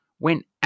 went